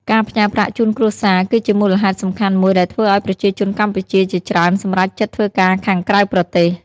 ការផ្ញើប្រាក់ជូនគ្រួសារគឺជាមូលហេតុសំខាន់មួយដែលធ្វើឱ្យប្រជាជនកម្ពុជាជាច្រើនសម្រេចចិត្តធ្វើការខាងក្រៅប្រទេស។